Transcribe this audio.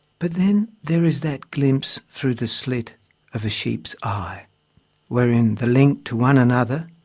but then there is that glimpse through the slit of a sheep's eye wherein the link to one another,